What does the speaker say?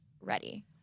ready